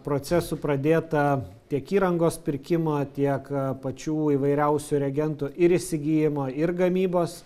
procesų pradėta tiek įrangos pirkimo tiek pačių įvairiausių reagentų ir įsigijimo ir gamybos